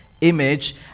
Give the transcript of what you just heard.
image